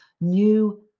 new